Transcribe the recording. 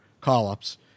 call-ups